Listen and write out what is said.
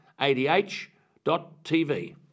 adh.tv